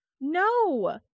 No